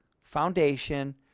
foundation